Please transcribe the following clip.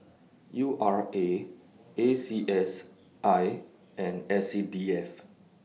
U R A A C S I and S C D F